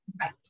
right